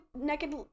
naked